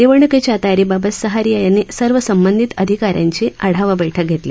निवडणुकीच्या तयारीबाबत सहारिया यांनी सर्व संबंधित अधिकाऱ्यांची आढावा बैठक घेतली